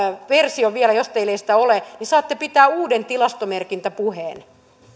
version vielä jos teillä ei sitä ole niin saatte pitää uuden tilastomerkintäpuheen